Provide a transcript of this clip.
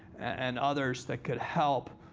and others that could help.